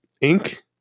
ink